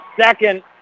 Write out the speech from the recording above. second